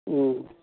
ꯎꯝ